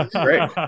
Great